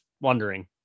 wondering